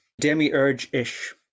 demiurge-ish